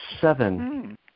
seven